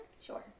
Sure